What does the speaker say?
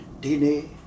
dinner